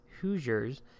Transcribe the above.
Hoosiers